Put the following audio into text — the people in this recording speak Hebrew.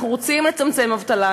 אנחנו רוצים לצמצם אבטלה,